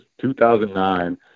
2009